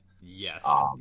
Yes